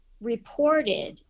reported